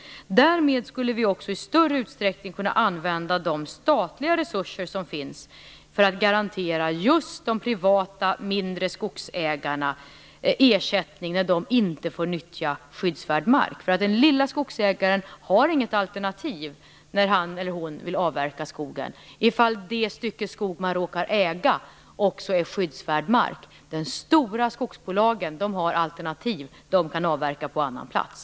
Därmed skulle vi också i större utsträckning kunna använda de statliga resurser som finns för att garantera just de privata mindre skogsägarna ersättning när de inte får nyttja skyddsvärd mark. Den lilla skogsägaren har inget alternativ när han eller hon vill avverka skogen i fall det stycke skog som man råkar äga också är skyddsvärd mark. De stora skogsbolagen har alternativ - de kan avverka på annan plats.